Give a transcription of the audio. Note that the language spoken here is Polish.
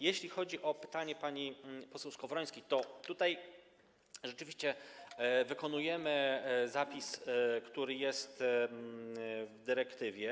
Jeśli chodzi o pytanie pani poseł Skowrońskiej, to tutaj rzeczywiście stosujemy zapis, który jest w dyrektywie.